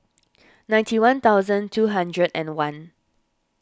ninety one thousand two hundred and one